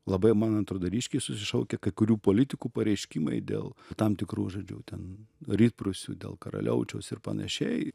labai man atrodo ryškiai susišaukia kai kurių politikų pareiškimai dėl tam tikrų žodžiu ten rytprūsių dėl karaliaučiaus ir panašiai